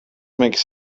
makes